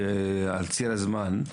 על ציר הזמן,